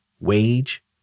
wage